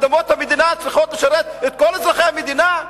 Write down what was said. אדמות המדינה צריכות לשרת את כל אזרחי המדינה.